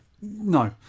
No